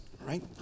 right